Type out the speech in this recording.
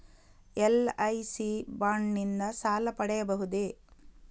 LIC bond ನಿಂದ ಸಾಲ ಪಡೆಯಬಹುದೇ?